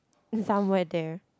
somewhere there